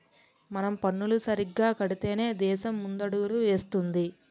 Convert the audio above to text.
మనం పన్నులు సరిగ్గా కడితేనే దేశం ముందడుగులు వేస్తుంది